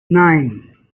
nine